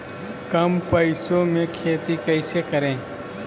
कम पैसों में खेती कैसे करें?